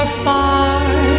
far